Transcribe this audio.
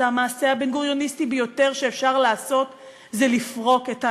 המעשה הבן-גוריוניסטי ביותר שאפשר לעשות זה לפרוק את האיבה.